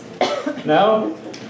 No